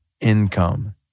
income